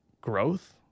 growth